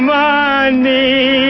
money